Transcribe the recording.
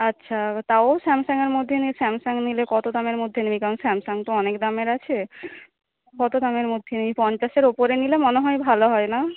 আচ্ছা তাও স্যামসাঙের মধ্যে স্যামসাঙ নিলে কত দামের মধ্যে নিবি কারণ স্যামসাঙ তো অনেক দামের আছে কত দামের মধ্যে নিবি পঞ্চাশের ওপরে নিলে মনে হয় ভাল হয় নাহ